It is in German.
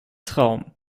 traum